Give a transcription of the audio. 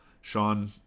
Sean